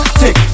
tick